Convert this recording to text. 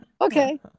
Okay